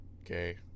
Okay